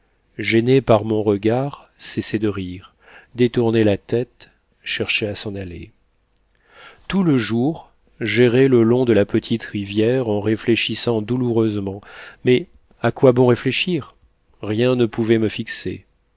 gêné par mon regard cessait de rire détournait la tête cherchait à s'en aller tout le jour j'errai le long de la petite rivière en réfléchissant douloureusement mais à quoi bon réfléchir rien ne pouvait me fixer